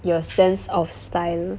your sense of style